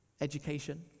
Education